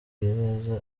neza